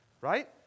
right